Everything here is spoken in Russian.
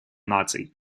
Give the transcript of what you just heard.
наций